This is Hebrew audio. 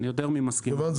אני יותר ממסכים איתך.